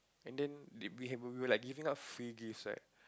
and then they we were like giving out free gifts right